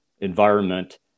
environment